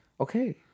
Okay